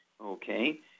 Okay